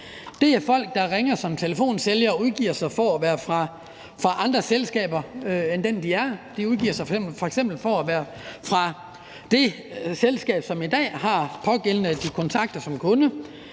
Det er folk, der ringer som telefonsælgere og udgiver sig for at være fra andre selskaber end deres eget; de udgiver sig f.eks. for at være fra det selskab, som i dag har den pågældende, de kontakter, som kunde.